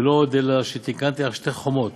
ולא עוד אלא שתיקנתי לך שתי חומות,